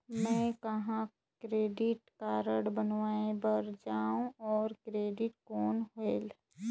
मैं ह कहाँ क्रेडिट कारड बनवाय बार जाओ? और क्रेडिट कौन होएल??